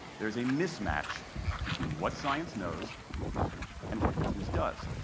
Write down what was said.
there is a mismatch between what science knows and what business does.